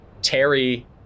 Terry